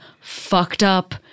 fucked-up